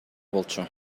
болчу